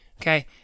okay